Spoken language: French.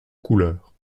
couleur